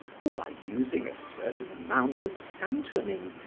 for by using a certain amount of santonin,